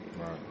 Right